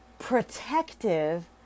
protective